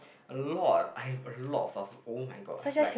a lot I've a lot of source oh-my-god I have like